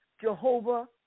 Jehovah